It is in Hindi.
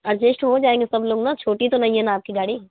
अडजेस्ट हो जाएँगे सब लोग ना छोटी तो नहीं है ना आपकी गाड़ी